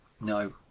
no